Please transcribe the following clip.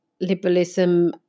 liberalism